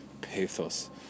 pathos